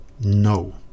no